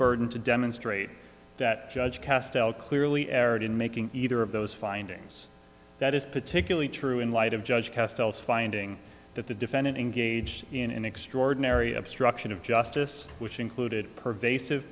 burden to demonstrate that judge castile clearly aerate in making either of those findings that is particularly true in light of judge cass tells finding that the defendant engaged in an extraordinary obstruction of justice which included pervasive